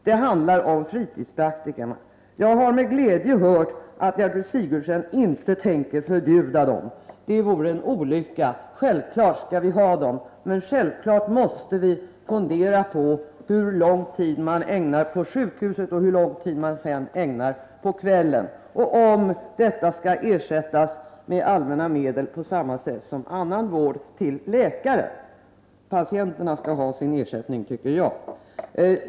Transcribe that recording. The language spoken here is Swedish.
Det handlar om fritidspraktikerna. Jag har med glädje hört att Gertrud Sigurdsen inte tänkter förbjuda dem — det vore en olycka. Självfallet skall vi ha sådana, men vi måste också fundera över hur lång tid en läkare först ägnar åt sjukhusarbete och sedan åt kvällsarbete och om läkaren skall ersättas för detta med allmänna medel på samma sätt som för annan vård — för patienterna tycker jag att det inte skall vara någon skillnad i form av ekonomisk ersättning.